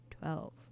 twelve